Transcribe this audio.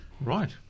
Right